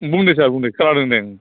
बुंदों सार बुंदो खोनादों दे ओं